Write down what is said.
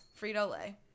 Frito-Lay